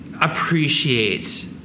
appreciate